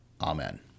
Amen